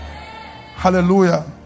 hallelujah